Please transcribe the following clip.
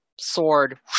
sword